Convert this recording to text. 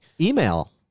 Email